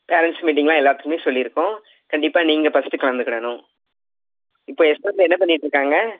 parents மீட்டிங்லாம் எல்லாத்துக்குமே சொல்லியிருக்கோம் கண்டிப்பாக நீங்கள் ஃபஸ்ட்டு கலந்துக்கிடணும் இப்போ யஷ்வந்த் என்ன பண்ணிட்டிருக்காங்க